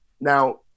now